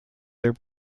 their